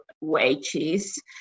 wages